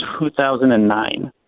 2009